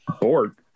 Bored